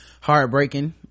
heartbreaking